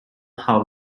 how